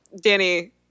Danny